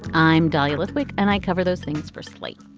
i'm dahlia lithwick and i cover those things for slate.